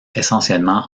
essentiellement